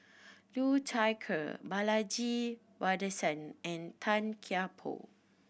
Liu Thai Ker Balaji Sadasivan and Tan Kian Por